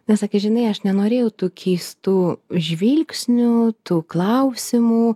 nes sakė žinai aš nenorėjau tų keistų žvilgsnių tų klausimų